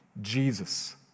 Jesus